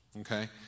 okay